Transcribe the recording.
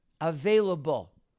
available